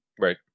Right